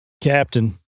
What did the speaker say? captain